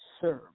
serve